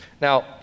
Now